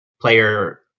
player